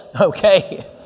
okay